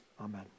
Amen